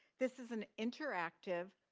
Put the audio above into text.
this is an interactive,